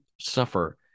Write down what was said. suffer